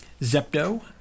Zepto